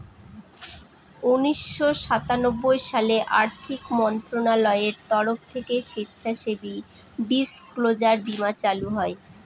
উনিশশো সাতানব্বই সালে আর্থিক মন্ত্রণালয়ের তরফ থেকে স্বেচ্ছাসেবী ডিসক্লোজার বীমা চালু হয়